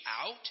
out